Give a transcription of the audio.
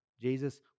Jesus